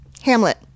Hamlet